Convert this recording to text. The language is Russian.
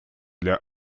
для